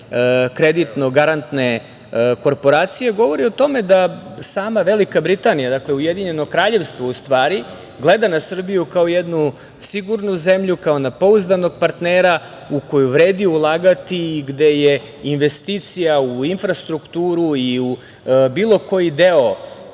kreditno-garantne korporacije? Govori o tome da sama Velika Britanija, dakle Ujedinjeno Kraljevstvo, gleda na Srbiju kao jednu sigurnu zemlju, kao na pouzdanog partnera u koju vredi ulagati i gde je investicija u infrastrukturu i u bilo koji deo